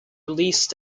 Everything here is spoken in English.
release